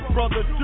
Brother